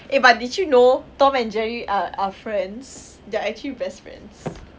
eh but did you know tom and jerry are are friends they're actually best friends